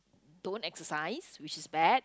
don't exercise which is bad